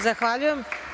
Zahvaljujem.